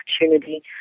opportunity